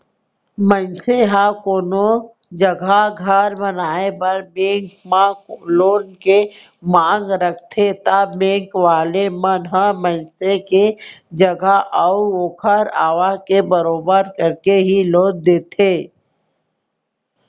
मनसे ह कोनो जघा घर बनाए बर बेंक म लोन के मांग करथे ता बेंक वाले मन ह मनसे के जगा अऊ ओखर आवक के बरोबर करके ही लोन देथे